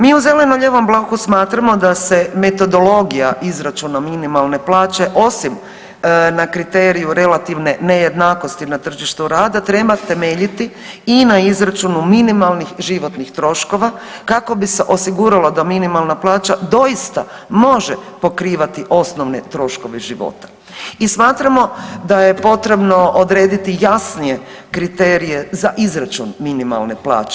Mi u zeleno-lijevom bloku smatramo da se metodologija izračuna minimalne plaće, osim na kriteriju relativne nejednakosti na tržištu rada, treba temeljiti i na izračunu minimalnih životnih troškova kako bi se osiguralo da minimalna plaća doista može pokrivati osnovne troškove života i smatramo da je potrebno odrediti jasnije kriterije za izračun minimalne plaće.